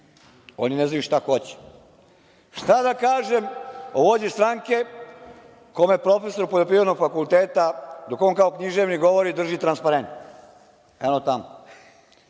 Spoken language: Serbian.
Oni ne znaju šta hoće. Šta da kažem o vođi stranke kome profesor Poljoprivrednog fakulteta, dok on kao književnik govori, drži transparent, eno tamo? Od